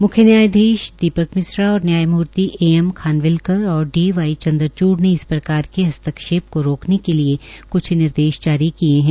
म्ख्य न्यायधीश दीपक मिश्रा और न्यायमूर्ति ए एम खानवलिकर और डी वाई चंद्रचूढ़ ने इस प्रकार के हस्ताक्षेप को रोकने के लिए क्छ निर्देश जारी किए है